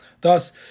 Thus